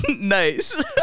Nice